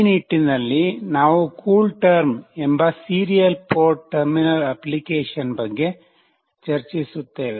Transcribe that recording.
ಈ ನಿಟ್ಟಿನಲ್ಲಿ ನಾವು ಕೂಲ್ ಟರ್ಮ್ ಎಂಬ ಸೀರಿಯಲ್ ಪೋರ್ಟ್ ಟರ್ಮಿನಲ್ ಅಪ್ಲಿಕೇಶನ್ ಬಗ್ಗೆ ಚರ್ಚಿಸುತ್ತೇವೆ